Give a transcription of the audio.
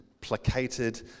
placated